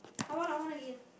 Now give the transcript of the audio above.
I want I want again